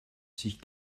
sich